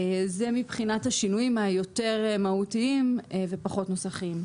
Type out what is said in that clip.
זה מבחינת השינויים היותר מהותיים ופחות נוסחיים.